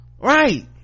Right